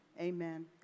amen